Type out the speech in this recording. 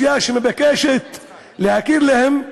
אוכלוסייה שמבקשת להקים להם,